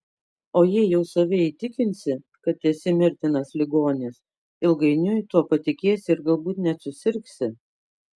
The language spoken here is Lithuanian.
o jei jau save įtikinsi kad esi mirtinas ligomis ilgainiui tuo patikėsi ir galbūt net susirgsi